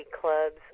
clubs